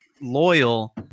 Loyal